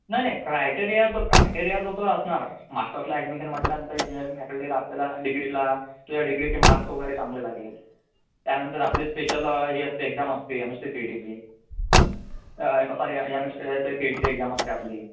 नाही नाही क्रायटेरियाचं क्रायटेरियाचं तर असणार मास्टर्सला ॲडमिशन म्हटल्यानंतर इंजिनीअरिंग फॅकल्टीला आपल्याला डिग्रीला तुझ्या डिग्रीचे मार्क्स वगैरे चांगले लागेल त्यानंतर आपली स्पेशल ही असते एक्झाम असते एम एस टी सी टीची sorry M S T C E टीची एक्झाम असते आपली